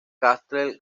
castle